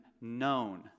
known